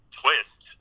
twist